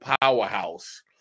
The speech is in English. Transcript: powerhouse